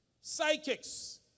psychics